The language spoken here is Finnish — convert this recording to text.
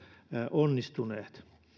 onnistuneet